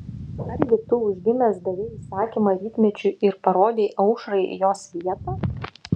argi tu užgimęs davei įsakymą rytmečiui ir parodei aušrai jos vietą